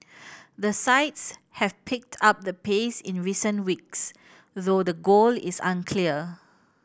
the sides have picked up the pace in recent weeks though the goal is unclear